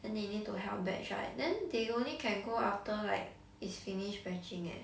then they need to help batch right then they only can go after like it's finished batching eh